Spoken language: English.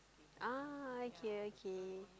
ah okay okay